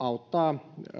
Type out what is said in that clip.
auttaa